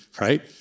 right